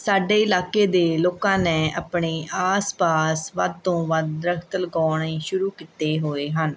ਸਾਡੇ ਇਲਾਕੇ ਦੇ ਲੋਕਾਂ ਨੇ ਆਪਣੇ ਆਸ ਪਾਸ ਵੱਧ ਤੋਂ ਵੱਧ ਦਰੱਖਤ ਲਗਾਉਣੇ ਸ਼ੁਰੂ ਕੀਤੇ ਹੋਏ ਹਨ